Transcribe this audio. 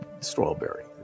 strawberry